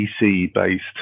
PC-based